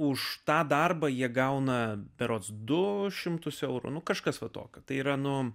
už tą darbą jie gauna berods du šimtus eurų nu kažkas va tokio tai yra nu